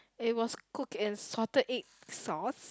it was cooked in salted egg sauce